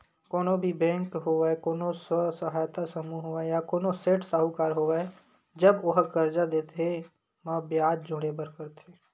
कोनो भी बेंक होवय कोनो स्व सहायता समूह होवय या कोनो सेठ साहूकार होवय जब ओहा करजा देथे म बियाज जोड़बे करथे